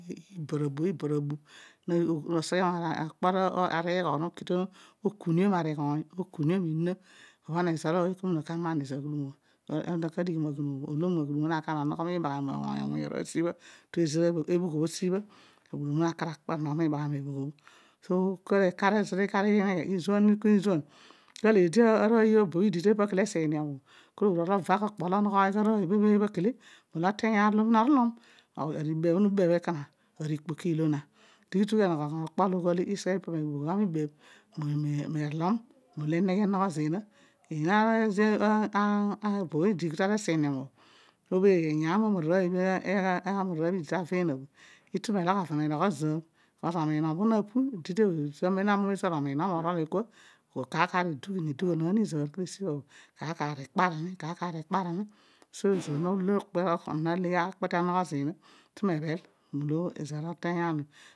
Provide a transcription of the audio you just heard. Ibara bu ibara bu, oseghe mokpo ariigho nokiton okuniom ari ighoony, ni ina tebhugh sibha, aghudum obho na kar akpar mikanya, so teezo olo ikar izuen, ineghe kol eedi arooy obo bho idi ke pakala esiniom obho, kol oru gha ovaay okpo onoghooy arooy ebha kale, olo ezoor omina oteeny aar olo orulom, ibeebh bho no beebh bho, ari ikpoki ilo na, peedin onoghioy gha okpo olo ogho iseghe mipaho meebeebhom gha mebeebh, molo eneghe enogho zina ona obo bho idi tepa esiniom bho obho iyaam emararooy obho idi tavo eena bho, itu melogh avo menogho zoor bkos omiinom bho na pu, ididi bho amem amuum ezoor omiinom ole gheridio arol kua kedio asibha bho kar kar ikparini so aami nakpe te anogho zina itumebhel molo ezoor oteeny ani.